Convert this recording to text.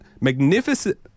Magnificent